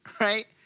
right